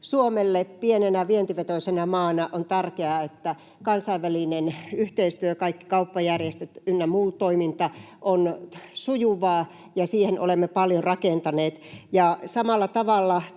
Suomelle pienenä vientivetoisena maana on tärkeää, että kansainvälinen yhteistyö, kaikki kauppajärjestöt ynnä muu toiminta on sujuvaa, ja siihen olemme paljon rakentaneet — samalla tavalla